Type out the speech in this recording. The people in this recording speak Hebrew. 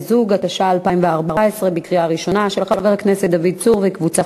תשעה חברי כנסת בעד הצעת החוק, אפס מתנגדים.